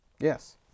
Yes